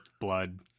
blood